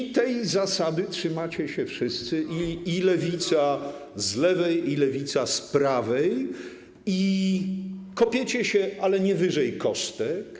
I tej zasady trzymacie się wszyscy - i lewica z lewej, i lewica z prawej - i kopiecie się, ale nie powyżej kostek.